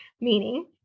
meaning